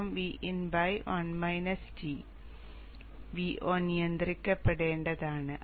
Vo നിയന്ത്രിക്കപ്പെടേണ്ടതാണ്